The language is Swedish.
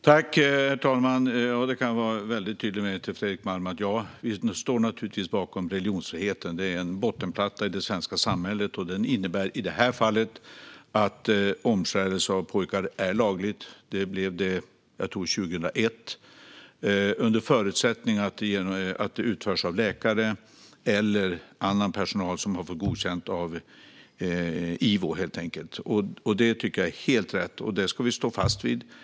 Herr talman! Detta kan jag vara tydlig med gentemot Fredrik Malm: Vi står naturligtvis bakom religionsfriheten. Den är en bottenplatta i det svenska samhället. Den innebär i detta fall att det är lagligt med omskärelse av pojkar - det blev det 2001, tror jag - under förutsättning att det utförs av läkare eller annan personal som har fått godkänt av IVO. Detta tycker jag är helt rätt, och det ska vi stå fast vid.